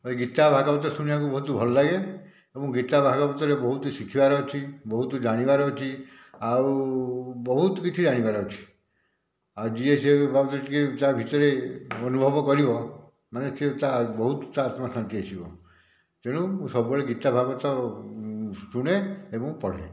ଗୀତା ଭାଗବତ ଶୁଣିବାକୁ ବହୁତ ଭଲ ଲାଗେ ଏବଂ ଗୀତା ଭାଗବତରେ ବହୁତ ଶିଖିବାର ଅଛି ବହୁତ ଜାଣିବାର ଅଛି ଆଉ ବହୁତ କିଛି ଜାଣିବାର ଅଛି ଆଉ ଯିଏ ସିଏ ତା'ଭିତରେ ଅନୁଭବ କରିବ ମାନେ ସିଏ ତା ବହୁତ ତା ଆତ୍ମା ଶାନ୍ତି ଆସିବ ତେଣୁ ମୁଁ ସବୁବେଳେ ଗୀତା ଭାଗବତ ଶୁଣେ ଏବଂ ପଢ଼େ